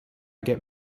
get